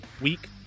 week